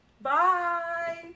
bye